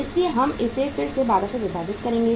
इसलिए हम इसे फिर से 12 से विभाजित करेंगे